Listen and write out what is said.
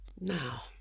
Now